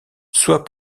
soit